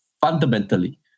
fundamentally